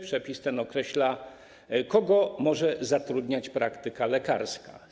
Przepis ten określa, kogo można zatrudniać w praktyce lekarskiej.